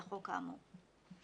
לחוק האמור.